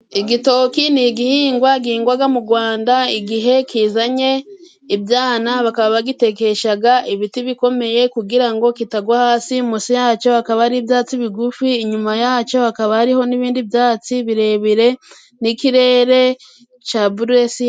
Igitoki ni igihingwa gihingwa mu Rwanda igihe kizanye ibyana bakaba bagitegesha ibiti bikomeye kugira ngo kitagwa hasi, munsi y'acyo hakaba hari ibyatsi bigufi ,inyuma y'acyo hakaba hariho n'ibindi byatsi birebire n'ikirere cy'ubururujuru.